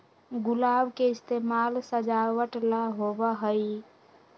गुलाब के इस्तेमाल सजावट ला होबा हई